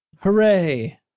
Hooray